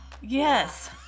yes